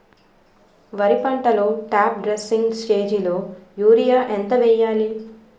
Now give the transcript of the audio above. వరి పంటలో top dressing స్టేజిలో యూరియా ఎంత వెయ్యాలి?